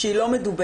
שהיא לא מדוברת.